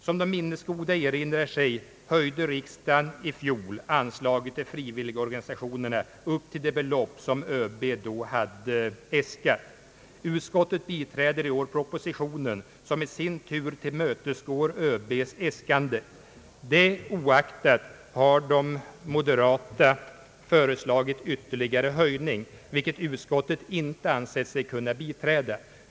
Som den minnesgode erinrar sig höjde riksdagen i fjol anslaget till frivilligorganisationerna upp till det belopp som ÖB då hade äskat. Utskottet biträder i år propositionen, som i sin tur tillmötesgår ÖB:s äskanden. Det oaktat har de moderata föreslagit ytterligare höjning, vilket utskottet inte ansett sig kunna biträda.